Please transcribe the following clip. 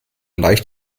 leicht